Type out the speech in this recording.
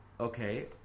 Okay